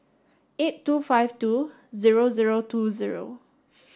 eight two five two zero zero two zero